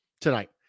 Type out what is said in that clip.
tonight